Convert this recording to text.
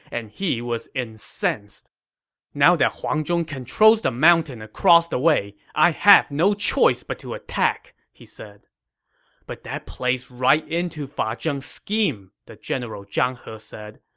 and he was incensed now that huang zhong controls the mountain across the way, i have no choice but to attack, he said but that plays right into fa ah zheng's scheme, the general zhang he said.